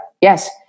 Yes